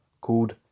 called